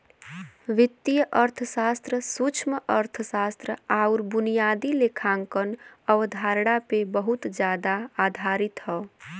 वित्तीय अर्थशास्त्र सूक्ष्मअर्थशास्त्र आउर बुनियादी लेखांकन अवधारणा पे बहुत जादा आधारित हौ